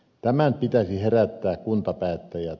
tämän pitäisi herättää kuntapäättäjät